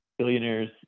billionaires